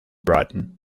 brighton